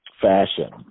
fashion